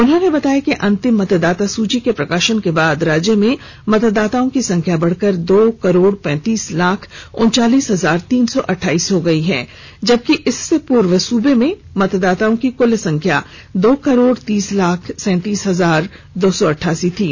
उन्होंने बताया कि अंतिम मतदाता सूची के प्रकाशन के बाद राज्य में मतदाताओं की संख्या बढ़कर दो करोड़ पैंतीस लाख उनचालीस हजार तीन सौ अठाइस हो गयी जबकि इससे पूर्व सूबे में मतदाताओं की कुल संख्या दो करोड़ तीस लाख सैतीस हजार दो सौ अठासी थी